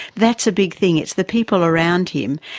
that's a big thing. it's the people around him.